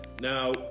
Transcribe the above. now